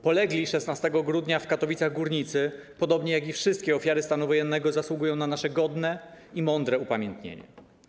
Polegli 16 grudnia w Katowicach górnicy, podobnie jak wszystkie ofiary stanu wojennego, zasługują na nasze godne i mądre upamiętnienie.